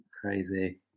Crazy